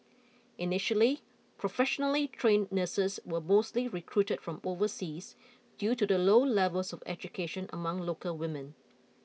initially professionally trained nurses were mostly recruited from overseas due to the low levels of education among local women